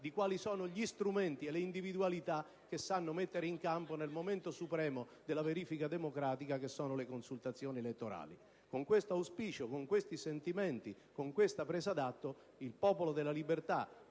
circa gli strumenti e le individualità capaci di mettere in campo nel momento supremo della verifica democratica che si sostanzia nelle consultazioni elettorali. Con questo auspicio, con questi sentimenti e con questa presa d'atto, a nome del Gruppo